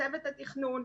צוות התכנון.